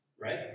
Right